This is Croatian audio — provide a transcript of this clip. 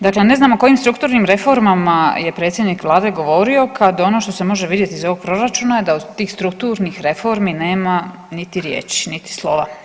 Dakle ne znamo o kojim strukturnim reformama je predsjednik Vlade govorio kad ono što se može vidjeti iz ovog Proračuna da od tih strukturnih reformi nema niti riječi niti slova.